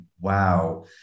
Wow